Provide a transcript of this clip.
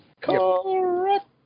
Correct